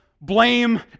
blame